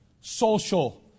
social